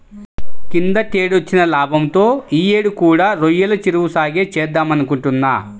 కిందటేడొచ్చిన లాభంతో యీ యేడు కూడా రొయ్యల చెరువు సాగే చేద్దామనుకుంటున్నా